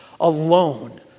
alone